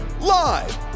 live